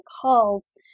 calls